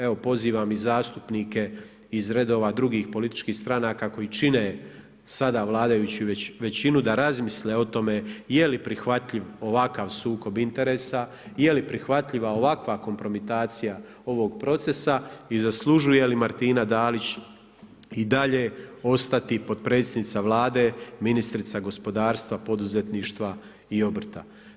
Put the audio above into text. Evo pozivam i zastupnike iz redova drugih političkih stranaka koji čine sada vladajuću većinu da razmisle o tome je li prihvatljiv ovakav sukob interesa, je li prihvatljiva ovakva kompromitacija ovog procesa i zaslužuje li Martina Dalić i dalje ostati potpredsjednica Vlade, ministrica gospodarstva, poduzetništva i obrta.